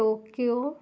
Tokyo